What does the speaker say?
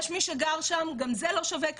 יש מי שגר שם, גם זה לא שווה כלום.